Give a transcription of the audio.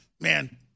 Man